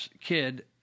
kid